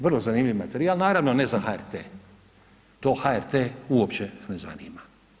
Vrlo zanimljiv materijal, naravno za HRT, to HRT uopće ne zanima.